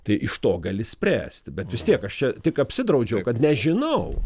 tai iš to gali spręsti bet vis tiek aš čia tik apsidraudžiau kad nežinau